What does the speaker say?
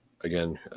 again